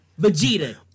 Vegeta